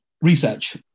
Research